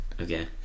Okay